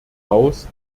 haus